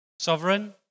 Sovereign